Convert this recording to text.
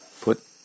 Put